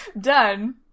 Done